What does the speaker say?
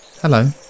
Hello